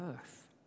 earth